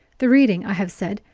the reading, i have said,